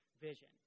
vision